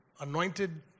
anointed